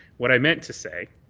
what i meant to say,